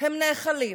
הם נאכלים.